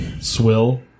Swill